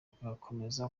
agakomeza